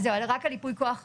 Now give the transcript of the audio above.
רק על ייפוי כוח רפואי.